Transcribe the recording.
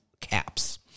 caps